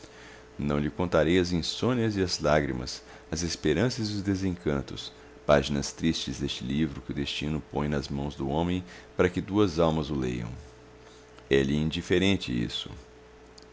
lhe contarei as insônias e as lágrimas as esperanças e os desencantos páginas tristes deste livro que o destino põe nas mãos do homem para que duas almas o leiam é-lhe indiferente isso